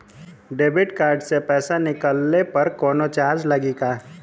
Debit card से पैसा निकलले पर कौनो चार्ज लागि का?